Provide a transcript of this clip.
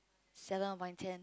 seven upon ten